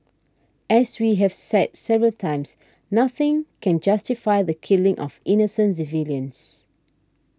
as we have said several times nothing can justify the killing of innocent civilians